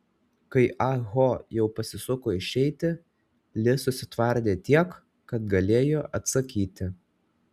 kai ah ho jau pasisuko išeiti li susitvardė tiek kad galėjo atsakyti